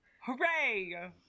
Hooray